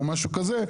משהו כזה,